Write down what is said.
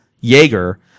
Jaeger